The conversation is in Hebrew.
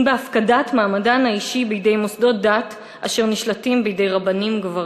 אם בהפקדת מעמדן האישי בידי מוסדות דת אשר נשלטים בידי רבנים גברים,